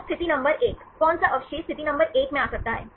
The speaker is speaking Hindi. तो स्थिति नंबर 1 कौन सा अवशेष स्थिति नंबर 1 में आ सकता है